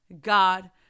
God